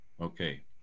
Okay